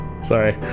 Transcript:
sorry